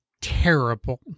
terrible